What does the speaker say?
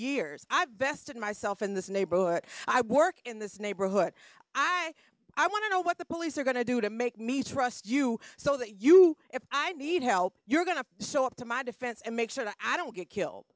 years i've bested myself in this neighborhood i work in this neighborhood i i want to know what the police are going to do to make me trust you so that you if i need help you're going to sew up to my defense and make sure that i don't get killed